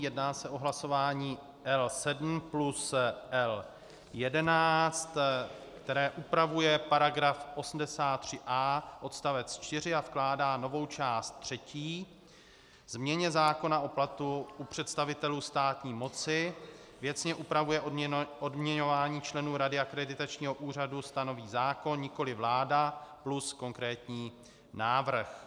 Jedná se o hlasování L7 plus L11, které upravuje § 83a odst. 4 a vkládá novou část třetí, změně zákona o platu u představitelů státní moci, věcně upravuje odměňování členů rady akreditačního úřadu, stanoví zákon, nikoliv vláda, plus konkrétní návrh.